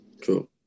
true